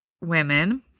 women